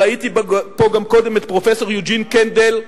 ראיתי פה קודם גם את פרופסור יוג'ין קנדל,